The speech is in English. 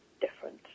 different